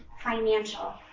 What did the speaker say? financial